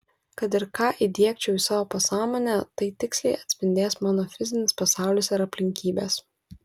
kad ir ką įdiegčiau į savo pasąmonę tai tiksliai atspindės mano fizinis pasaulis ir aplinkybės